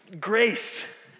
grace